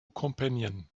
companion